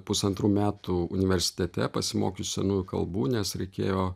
pusantrų metų universitete pasimokius senųjų kalbų nes reikėjo